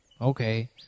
okay